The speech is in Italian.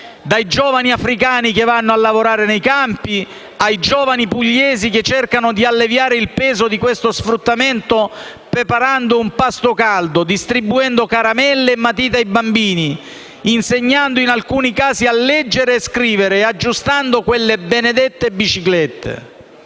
dai giovani africani che vanno a lavorare nei campi ai giovani pugliesi che cercano di alleviare il peso di questo sfruttamento preparando un pasto caldo, distribuendo caramelle e matite ai bambini, insegnando in alcuni casi a leggere e scrivere e aggiustando quelle benedette biciclette.